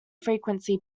frequency